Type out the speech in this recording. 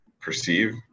perceive